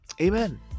amen